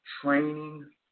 training